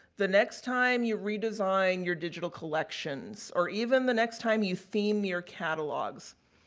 the next time you redesign your digital collection or even the next time you scheme your catalogs,